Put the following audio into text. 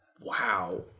Wow